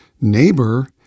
neighbor